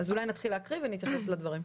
אולי נתחיל לקרוא ונתייחס לדברים.